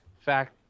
fact